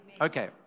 Okay